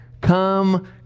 Come